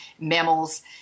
mammals